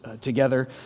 together